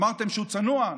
אמרתם שהוא צנוע?